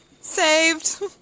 Saved